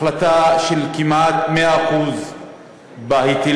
העלאה של כמעט 100% בהיטלים.